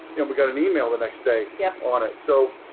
and we got an email the next day yeah on it. so